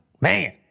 Man